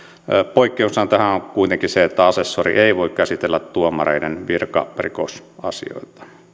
poikkeushan tähän on kuitenkin se että asessori ei voi käsitellä tuomareiden virkarikosasioita